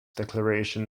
declaration